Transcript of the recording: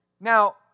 Now